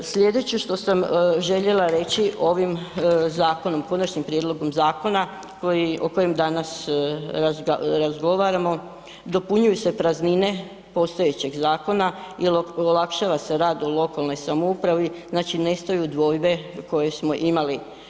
Slijedeće što sam željela reći, ovim zakonom, konačnim prijedlogom zakona koji, o kojem danas razgovaramo dopunjuju se praznine postojećeg zakona i olakšava se rad u lokalnoj samoupravi, znači nestaju dvojbe koje smo imali.